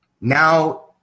Now